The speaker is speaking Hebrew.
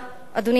אדוני השר,